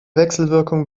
wechselwirkung